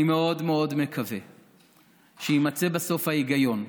אני מאוד מאוד מקווה שיימצא בסוף ההיגיון,